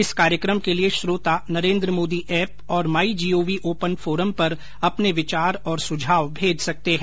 इस कार्यक्रम के लिए श्रोता Narendra Modi app my gov जीओवी ओपन फोरम पर अपने विचार और सुझाव भेज सकते हैं